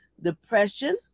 depression